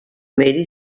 middei